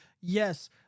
Yes